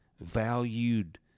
valued